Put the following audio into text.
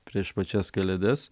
prieš pačias kalėdas